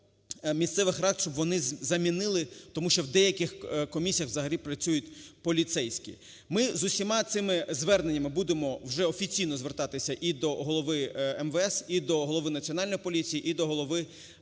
місцевих рад, щоб вони замінили, тому що в деяких комісіях взагалі працюють поліцейські. Ми з усіма цими зверненнями будемо вже офіційно звертатися і до голови МВС, і до голови Національної поліції, і до голови